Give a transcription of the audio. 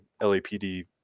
LAPD